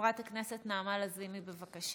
חברת הכנסת נעמה לזימי, בבקשה.